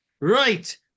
Right